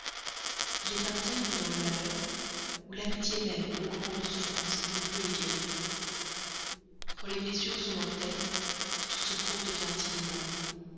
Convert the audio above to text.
il est un terme dans le malheur où l'amitié même augmente nos souffrances ne peut les guérir quand les blessures sont mortelles tout secours devient inhumain